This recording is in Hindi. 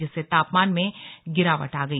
जिससे तापमान में गिरावट आ गई